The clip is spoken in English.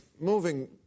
moving